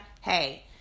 Hey